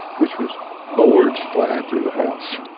which was boards flying through the house